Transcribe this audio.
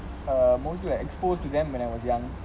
err most were exposed to them when I was young